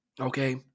Okay